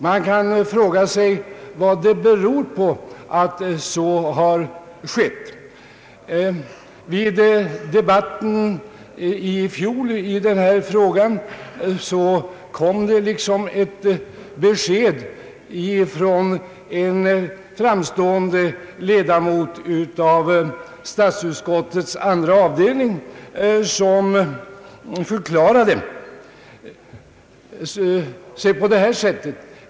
Man kan fråga sig vad det beror på att så har skett. Vid fjolårets debatt i denna fråga kom det ett besked från en ledamot i statsutskottets andra avdelning, som förklarade sig på följande sätt.